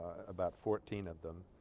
about fourteen of them